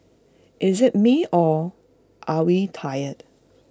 is IT me or are we tired